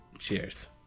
Cheers